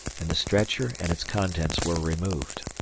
and the stretcher and its contents were removed.